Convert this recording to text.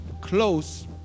close